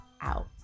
out